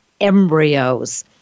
embryos